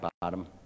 bottom